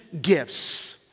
gifts